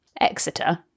Exeter